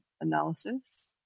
analysis